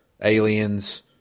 aliens